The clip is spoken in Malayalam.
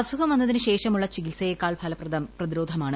അസുഖം വന്നതിനു ശേഷമുള്ള ചികിത്സയേക്കാൾ ഫലപ്രദം പ്രതിരോധമാണ്